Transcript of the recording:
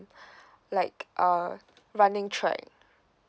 like uh running track